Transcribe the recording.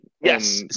Yes